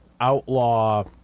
outlaw